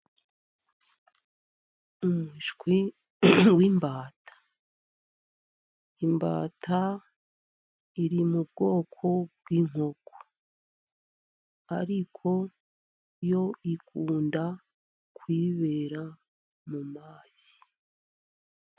Umushwi w'imbata, imbata iri mu bwoko bw'inkoko, ariko yo ikunda kwibera mu mazi.